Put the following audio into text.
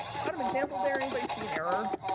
bottom example there, anybody see an error?